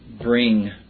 bring